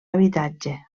habitatge